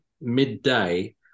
midday